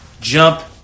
jump